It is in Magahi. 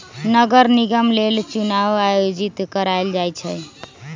नगर निगम लेल चुनाओ आयोजित करायल जाइ छइ